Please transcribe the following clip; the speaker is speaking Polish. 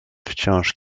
wciąż